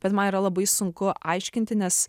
bet man yra labai sunku aiškinti nes